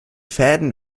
fäden